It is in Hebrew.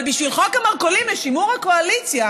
אבל בשביל חוק המרכולים לשימור הקואליציה